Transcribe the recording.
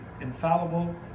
infallible